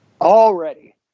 Already